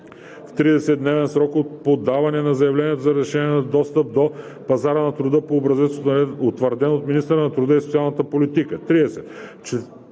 в 30-дневен срок от подаване на заявлението за разрешаване на достъп до пазара на труда по образец, утвърден от министъра на труда и социалната политика.“